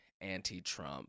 anti-Trump